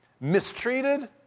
mistreated